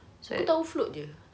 aku tahu float jer